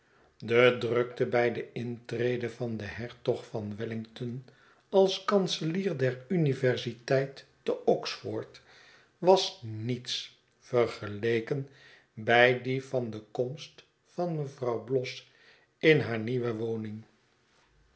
de drukte bij de intrede van den hertog van wellington als kanselier der universiteit te oxford was niets vergeleken bij die van de komst van mevrouw bloss in haar nieuwe woning